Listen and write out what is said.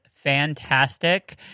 fantastic